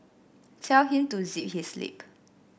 tell him to zip his lip